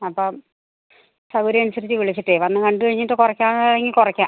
അപ്പം സൗകര്യം അനുസരിച്ചു വിളിച്ചിട്ട് വന്നു കണ്ടു കഴിഞ്ഞിട്ട് കുറയ്ക്കാവുന്നതാണെങ്കിൽ കുറയ്ക്കാം